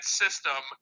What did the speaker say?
system